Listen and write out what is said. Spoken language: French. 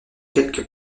quelques